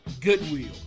Goodwill